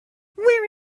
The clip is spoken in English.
where